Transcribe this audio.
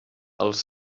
els